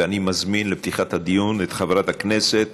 ואני מזמין לפתיחת הדיון את חברת הכנסת